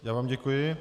Já vám děkuji.